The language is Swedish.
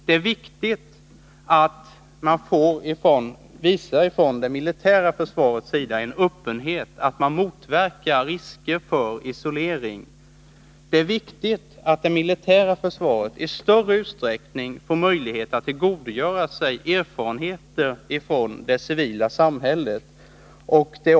Det är viktigt att man från det militära försvarets sida visar öppenhet, att man motverkar risker för isolering. Det är viktigt att det militära försvaret i större utsträckning får möjlighet att tillgodogöra sig erfarenheter från det civila samhället.